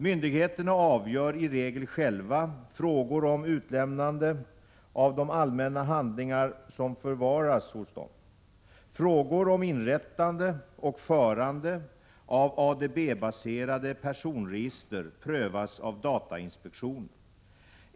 Myndigheterna avgör i regel själva frågor om utlämnande av de allmänna handlingar som förvaras hos dem. Frågor om inrättande och förande av ADB-baserade personregister prövas av datainspektionen.